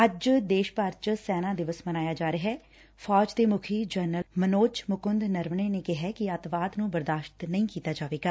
ਅੱਜ ਦੇਸ਼ ਭਰ ਚ ਸੈਨਾ ਦਿਵਸ ਮਨਾਇਆ ਜਾ ਰਿਹੈ ਫੌਜ ਦੇ ਮੁੱਖੀ ਜਨਰਲ ਮਨੋਜ ਮੁਕੁੰਦ ਨਰਵਨੇ ਨੇ ਕਿਹੈ ਕਿ ਅੱਤਵਾਦ ਨੂੰ ਬਰਦਾਸ਼ਤ ਨਹੀਂ ਕੀਤਾ ਜਾਵੇਗਾ